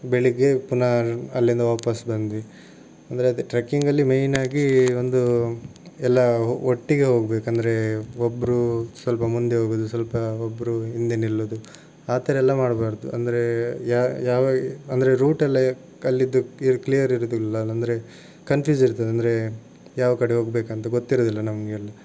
ಬೆಳಗ್ಗೆ ಪುನಃ ಅಲ್ಲಿಂದ ವಾಪಸ್ ಬಂದ್ವಿ ಅಂದರೆ ಅದೇ ಟ್ರೆಕ್ಕಿಂಗಲ್ಲಿ ಮೈನ್ ಆಗಿ ಒಂದು ಎಲ್ಲ ಒಟ್ಟಿಗೆ ಹೋಗಬೇಕು ಅಂದರೆ ಒಬ್ಬರು ಸ್ವಲ್ಪ ಮುಂದೆ ಹೋಗುವುದು ಸ್ವಲ್ಪ ಒಬ್ಬರು ಹಿಂದೆ ನಿಲ್ಲುವುದು ಆ ಥರ ಎಲ್ಲ ಮಾಡಬಾರ್ದು ಅಂದರೆ ಯಾ ಯಾವ ಅಂದರೆ ರೂಟೆಲ್ಲ ಅಲ್ಲಿದ್ದು ಕ್ಲಿಯರ್ ಇರುವುದಿಲ್ಲ ಅಂದರೆ ಕನ್ಫ್ಯೂಸ್ ಇರ್ತದೆ ಅಂದರೆ ಯಾವ ಕಡೆ ಹೋಗಬೇಕಂತ ಗೊತ್ತಿರುವುದಿಲ್ಲ ನಮಗೆಲ್ಲ